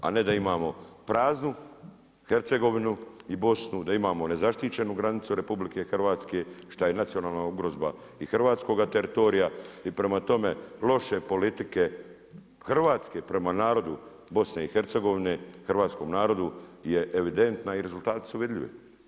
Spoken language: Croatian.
A ne da imamo praznu Hercegovinu i Bosnu, da imamo nezaštićenu granicu RH šta je nacionalna ugrozba i hrvatskoga teritorija i prema tome loše politike Hrvatske prema narodu BiH hrvatskom narodu je evidentna i rezultati su vidljivi.